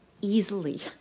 easily